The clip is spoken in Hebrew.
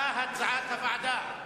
כהצעת הוועדה.